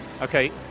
Okay